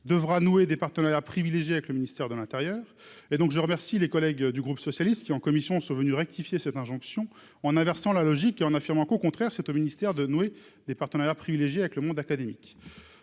devra nouer des partenariats privilégiés avec le ministère de l'Intérieur et donc je remercie les collègues du groupe socialiste qui en commission sont venus rectifier cette injonction en inversant la logique et en affirmant qu'au contraire c'est au ministère de nouer des partenariats privilégiés avec le monde académique